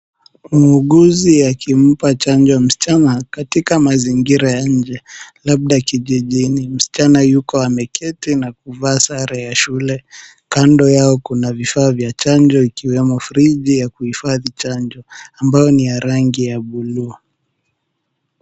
Muuguzi akimpa chanjo msichana katika mazingira ya nje, labda kijijini. Msichana yuko ameketi na kuvaa sare ya shule. Kando yao kuna vifaa vya chanjo ikiwemo friji ya kuhifadhi chanjo ambayo ni ya rangi ya buluu.